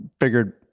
figured